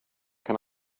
can